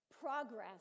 progress